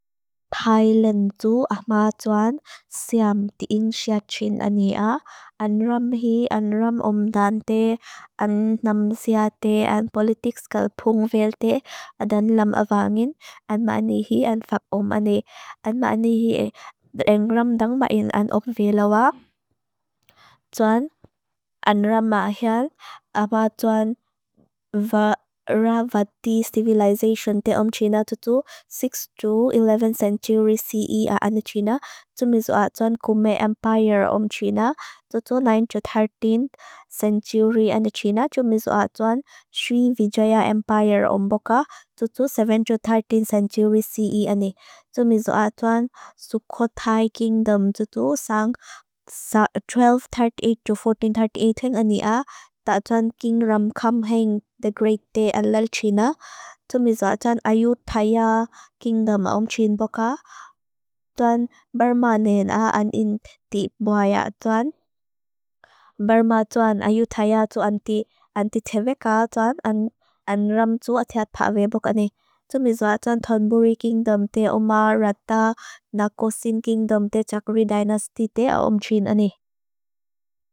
Thailand tu ahmaa tuan siam ti'in siachin ania. An ram hii, an ram om dan te, an nam sia te, an politik skal pung vel te, adan lam avangin. An maani hii, an fak om ane. An maani hii, ang ram dang main, an om vel awa. Tuan an ram maa hian, apa tuan ram vati civilisation te om China. Tutu 6-11 century CE ane China. Tumizua tuan kume empire om China. Tutu 9-13 century ane China. Tumizua tuan Sri Vijaya Empire om boka. Tutu 7-13 century CE ane. Tumizua tuan Sukhothai Kingdom. Tutu sang 1238-1438 ania. Ta tuan King Ramkhamhaeng, the great king of China. Tumizua tuan Ayutthaya Kingdom om China boka. Tuan Burma nena an inti buaya tuan. Burma tuan Ayutthaya tu an ti, an ti teveka tuan, an ram tu atiat pave boka ane. Tumizua tuan Thonburi Kingdom te, Omar Ratta, Nakosin Kingdom te, Chakuri Dynasty te om China ane.